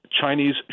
Chinese